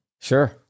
Sure